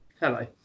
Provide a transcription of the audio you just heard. Hello